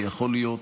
ויכול להיות